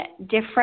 different